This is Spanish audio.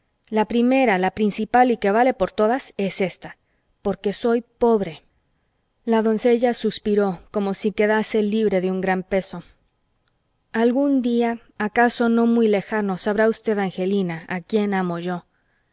la primera la principal y que vale por todas es ésta porque soy pobre la doncella suspiró como si quedase libre de un gran peso algún día acaso no muy lejano sabrá usted angelina a quien amo yo